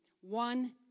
One